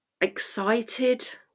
excited